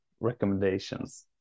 recommendations